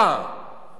לא אמרתי לקרוע.